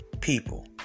people